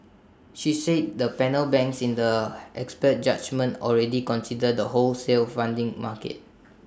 she said the panel banks in the expert judgement already consider the wholesale funding market